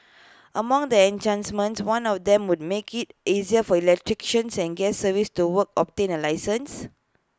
among the one of them would make IT easier for electricians and gas service to work obtain A licence